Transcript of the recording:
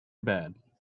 bad